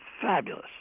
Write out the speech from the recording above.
fabulous